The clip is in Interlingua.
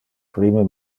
prime